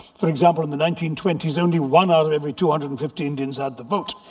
for example, in the nineteen twenty s, only one out of every two hundred and fifty indians had the vote.